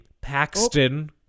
Paxton